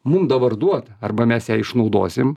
mum dabar duota arba mes ją išnaudosim